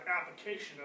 application